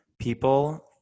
people